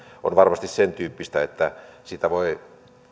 on varmasti sen tyyppistä että siitä voi